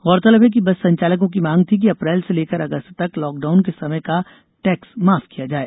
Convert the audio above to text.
गौरतलब है कि बस संचालकों की मांग थी कि अप्रैल से लेकर अगस्त तक लॉकडाउन के समय का टैक्स माफ किया जाए